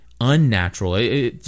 unnatural